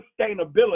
sustainability